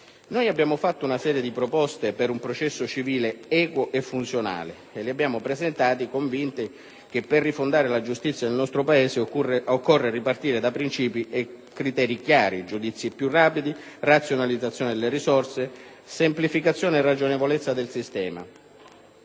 Abbiamo presentato una serie di proposte per un processo civile equo e funzionale, convinti che per rifondare la giustizia nel nostro Paese occorra ripartire da princìpi e criteri chiari: giudizi più rapidi, razionalizzazione delle risorse, semplificazione e ragionevolezza del sistema,